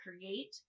create